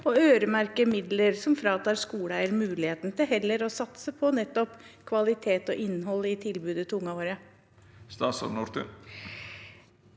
å øremerke midler som fratar skole eier muligheten til heller å satse på nettopp kvalitet og innhold i tilbudet til ungene våre?